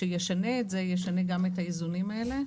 שישנה את זה, ישנה גם את האיזונים האלה.